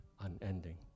unending